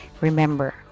remember